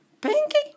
Pinky